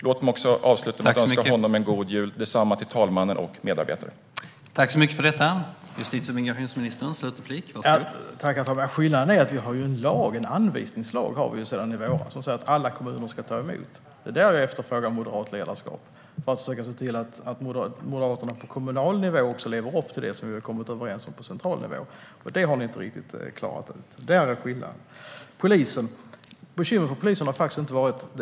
Låt mig också avsluta med att önska honom, liksom talmannen och medarbetare, en god jul!